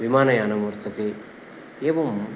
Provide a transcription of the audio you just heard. विमानयानम् वर्तते एवम्